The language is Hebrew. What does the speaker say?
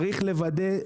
צריך לוודא,